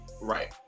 Right